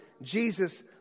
Jesus